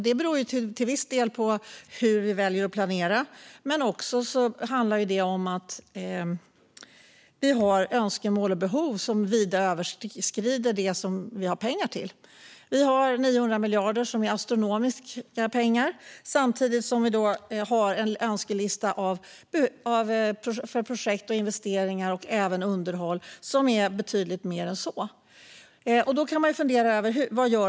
Det beror till viss del på hur vi väljer att planera men också på att det finns önskemål och behov som vida överskrider det vi har pengar till. Vi har astronomiska 900 miljarder samtidigt som vi har en önskelista med projekt, investeringar och underhåll som är på betydligt mer än så. Vad gör vi då?